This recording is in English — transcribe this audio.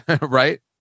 right